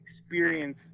experience